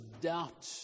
doubt